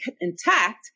intact